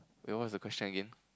wait what was the question again